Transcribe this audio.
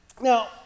Now